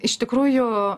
iš tikrųjų